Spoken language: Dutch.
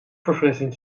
verfrissend